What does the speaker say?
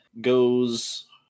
goes